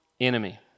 enemy